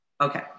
okay